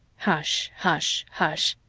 hush hush hush!